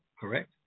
correct